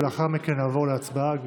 ולאחר מכן נעבור להצבעה.